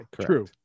True